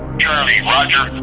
charlie, roger.